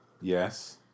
Yes